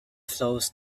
flows